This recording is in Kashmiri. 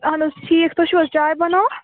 اَہن حظ ٹھیٖک تُہۍ چھِو حظ چاے بَناوان